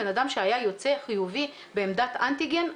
בן אדם שהיה יוצא חיובי בעמדת אנטיגן,